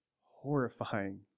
horrifying